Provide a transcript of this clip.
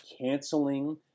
canceling